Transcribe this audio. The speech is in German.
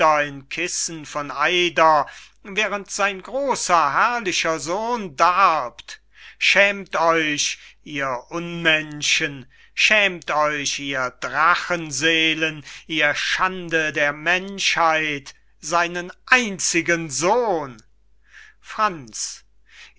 kissen von eider während sein groser herrlicher sohn darbt schämt euch ihr unmenschen schämt euch ihr drachenseelen ihr schande der menschheit seinen einzigen sohn franz